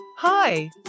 Hi